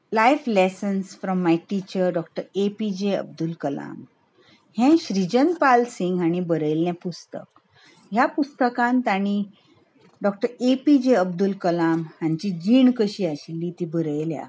life lesson from my teacher doctor A P J Abdul Kalam हें श्रीजन पाल सिंग हाणें बरयल्लें पुस्तक ह्या पुस्तकांत ताणीं डॉक्टर एपीजे अब्दुल कलाम हांची जीण कशी आशिल्ली ती बरयल्या